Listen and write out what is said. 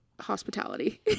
hospitality